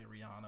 Rihanna